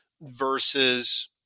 versus